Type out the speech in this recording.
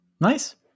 Nice